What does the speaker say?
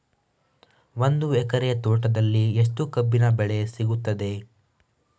ಒಂದು ಎಕರೆ ತೋಟದಲ್ಲಿ ಎಷ್ಟು ಕಬ್ಬಿನ ಬೆಳೆ ಸಿಗುತ್ತದೆ?